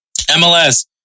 MLS